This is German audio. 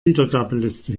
wiedergabeliste